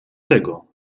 tego